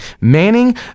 Manning